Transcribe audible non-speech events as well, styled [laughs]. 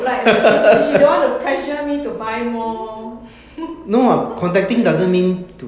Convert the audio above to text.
like l~ sh~ she don't want to pressure me to buy more [laughs]